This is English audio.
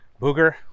Booger